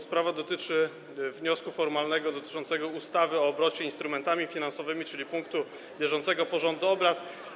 Sprawa dotyczy wniosku formalnego dotyczącego ustawy o obrocie instrumentami finansowymi, czyli punktu bieżącego porządku obrad.